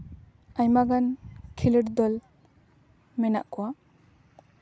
ᱟᱭᱢᱟᱜᱟᱱ ᱠᱷᱮᱞᱳᱰ ᱫᱚᱞ ᱢᱮᱱᱟᱜ ᱠᱚᱣᱟ